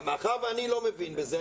מאחר ואני לא מבין בזה,